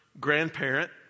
grandparent